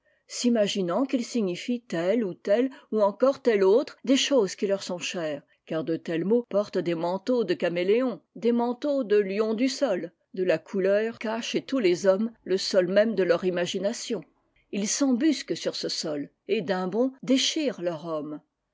s'imaginant qu'ils signifient telle ou telle ou encore telle autre des choses qui leur sont chères car de tels mots portent des manteaux de caméléons des manteaux de lions du sol r de la couleur qu'a chez tous les hommes le sol même de leur imagination ils s'embusquent sur ce sol et d'un bond déchirent leur homme